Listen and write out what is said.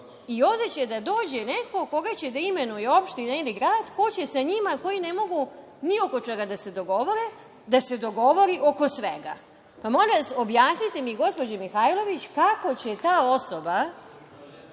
Onda će da dođe neko koga će da imenuje opština ili grad, ko će sa njima, koji ne mogu ni oko čega da se dogovore, da se dogovori oko svega. Molim vas, objasnite mi, gospođo Mihajlović, kako će ta osoba